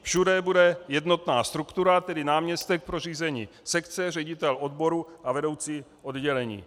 Všude bude jednotná struktura, tedy náměstek pro řízení sekce, ředitel odboru a vedoucí oddělení.